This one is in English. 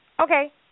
Okay